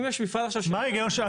מה ההיגיון?